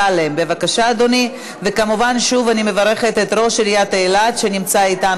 בעד, שני מתנגדים, אחד נמנע.